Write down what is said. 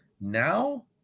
now